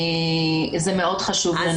זה מאוד חשוב לנו.